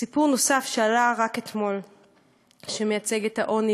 סיפור נוסף שעלה רק אתמול ומייצג את העוני